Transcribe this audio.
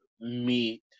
meet